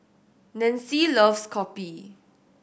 Nancy loves kopi